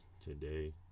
today